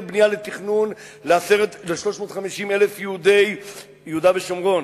בנייה לתכנון ל-350,000 יהודי יהודה ושומרון.